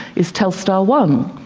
is telstar one.